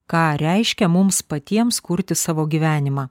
ką reiškia mums patiems kurti savo gyvenimą